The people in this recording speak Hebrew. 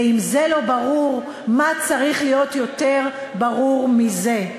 ואם זה לא ברור, מה צריך להיות יותר ברור מזה?